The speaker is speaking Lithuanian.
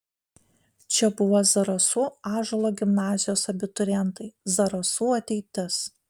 čia buvo zarasų ąžuolo gimnazijos abiturientai zarasų ateitis